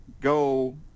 go